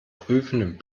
prüfenden